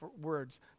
words